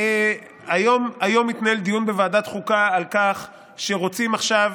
היום התנהל דיון בוועדת חוקה על כך שרוצים עכשיו